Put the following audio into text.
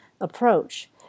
approach